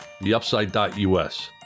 theupside.us